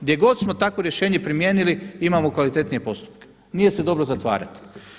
Gdje god smo takvo rješenje primijenili imamo kvalitetnije postupke, nije se dobro zatvarati.